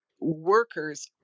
workers